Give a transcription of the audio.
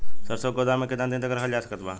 सरसों के गोदाम में केतना दिन तक रखल जा सकत बा?